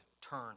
turn